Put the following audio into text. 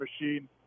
machine